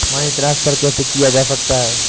Money transfer कैसे किया जा सकता है?